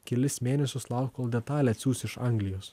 kelis mėnesius laukt kol detalę atsiųs iš anglijos